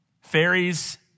fairies